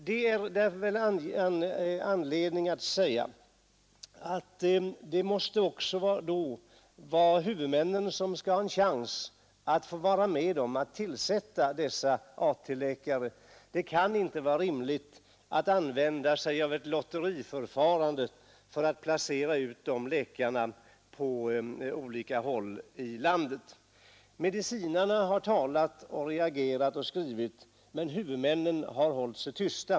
Det finns anledning kräva att huvudmännen då också skall ha möjlighet att få vara med om att tillsätta dessa AT-läkare. Det kan inte vara rimligt att använda sig av ett lotteriförfarande när det gäller att placera ut läkarna på olika håll i landet. Medicinarna har talat, reagerat och skrivit, men huvudmännen har hållit sig tysta.